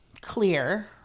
clear